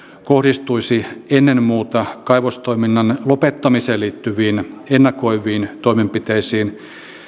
kohdistuisi ennen muuta kaivostoiminnan lopettamiseen liittyviin ennakoiviin toimenpiteisiin